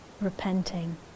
repenting